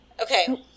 okay